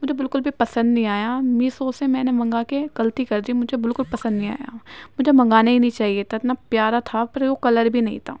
مجھے بالکل بھی پسند نہیں آیا میشو سے میں نے منگا کے غلطی کر دی مجھے بالکل پسند نہیں آیا مجھے منگانا ہی نہیں چاہیے تھا اتنا پیارا تھا پر وہ کلر بھی نہیں تھا